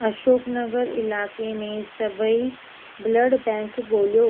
अशोक नगर इलाइक़े में सभई ब्लड बैंक ॻोल्हियो